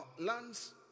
lands